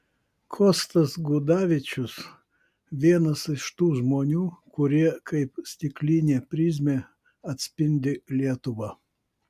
kostas gudavičius vienas iš tų žmonių kurie kaip stiklinė prizmė atspindi lietuvą